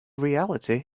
reality